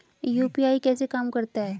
UPI कैसे काम करता है?